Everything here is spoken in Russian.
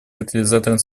катализатором